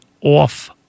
off